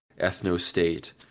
ethno-state